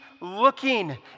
looking